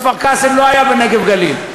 כפר-קאסם לא היה ב"נגב גליל",